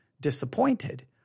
disappointed